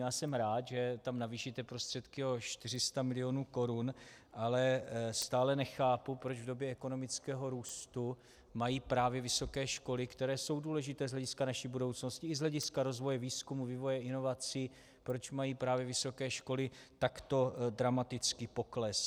Já jsem rád, že tam navýšíte prostředky o 400 milionů korun, ale stále nechápu, proč v době ekonomického růstu mají právě vysoké školy, které jsou důležité z hlediska naší budoucnosti i z hlediska rozvoje výzkumu, vývoje a inovací, proč mají právě vysoké školy takto dramatický pokles.